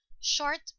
Short